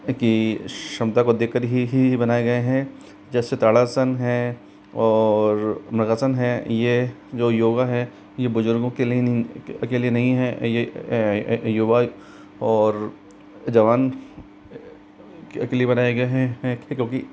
की क्षमता को देख कर ही ही बनाए गए हैं जैसे ताड़ासन है और मृगासन है ये जो योग है ये बुज़ुर्गों के लिए अकेले नहीं है ये युवा और जवान के लिए बनाए गए हैं क्योंकि